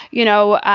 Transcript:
you know,